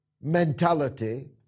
mentality